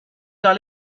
dans